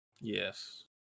Yes